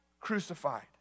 crucified